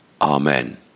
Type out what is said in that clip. Amen